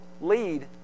lead